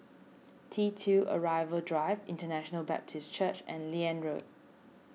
T two Arrival Drive International Baptist Church and Liane Road